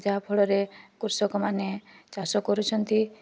ଯାହାଫଳରେ କୃଷକମାନେ ଚାଷ କରୁଛନ୍ତି